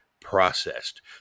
processed